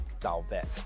Dalvet